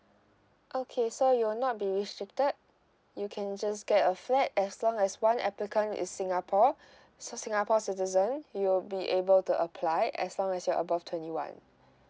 okay so you'll not be restricted you can just get a flat as long as one applicant is singapore s~ singapore citizen you'll be able to apply as long as you're above twenty one